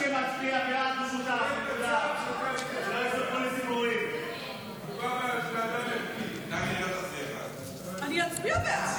האמת שלא כולם בעד, אתה יודע, אבל הם מצביעים בעד,